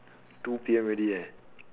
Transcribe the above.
two P_M already eh